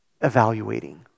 evaluating